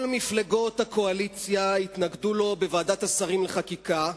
כל מפלגות הקואליציה התנגדו לו בוועדת השרים לחקיקה,